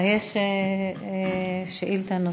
יש שאילתה נוספת.